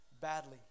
badly